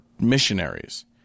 missionaries